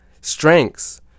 strengths